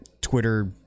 Twitter